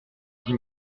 dix